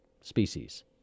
species